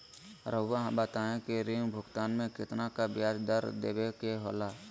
रहुआ बताइं कि ऋण भुगतान में कितना का ब्याज दर देवें के होला?